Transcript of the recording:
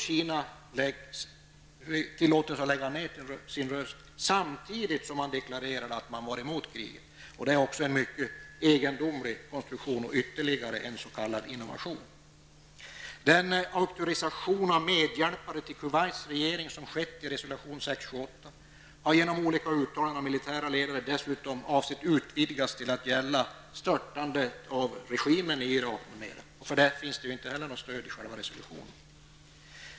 Kina tillät sig att lägga ner sin röst, samtidigt som man förklarade att man var emot kriget. Det är också en mycket egendomlig konstruktion -- och ytterligare en s.k. Den auktorisation av medhjälpare till Kuwaits regering som skett i resolution 678 har genom olika uttalanden av militära ledare ansetts utvidgad till att gälla störtande av regimen i Irak, m.m. För det finns det ju inte heller något stöd i själva resolutionen.